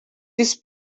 this